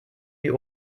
die